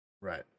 right